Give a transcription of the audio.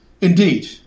Indeed